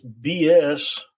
BS